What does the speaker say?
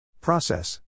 Process